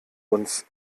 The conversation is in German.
uns